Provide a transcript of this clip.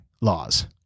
laws